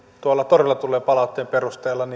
tuolta toreilta tulleen palautteen perusteella